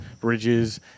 bridges